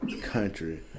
country